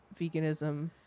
veganism